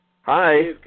Hi